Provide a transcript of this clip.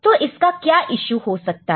तो इसका क्या यीशु हो सकता है